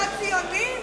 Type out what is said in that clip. לא ציונים?